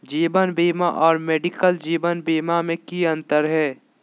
जीवन बीमा और मेडिकल जीवन बीमा में की अंतर है?